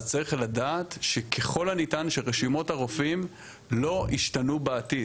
אז צריך לדעת שככל הניתן שרשימות הרופאים לא ישתנו בעתיד.